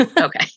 Okay